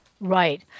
Right